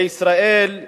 לישראל,